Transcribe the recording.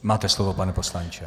Máte slovo, pane poslanče.